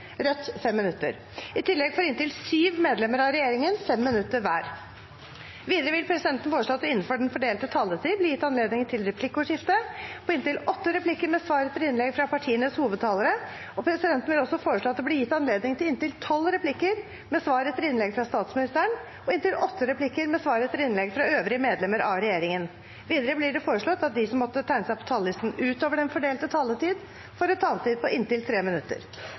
Rødt 5 minutter. I tillegg får inntil syv medlemmer av regjeringen 5 minutter hver. Videre vil presidenten foreslå at det – innenfor den fordelte taletid – blir gitt anledning åtte replikker med svar etter innlegg fra partienes hovedtalere. Presidenten vil også foreslå at det blir gitt anledning til replikkordskifte på inntil tolv replikker med svar etter innlegg fra statsministeren og inntil åtte replikker med svar etter innlegg fra øvrige medlemmer av regjeringen. Videre blir det foreslått at de som måtte tegne seg på talerlisten utover den fordelte taletid, får en taletid på inntil 3 minutter.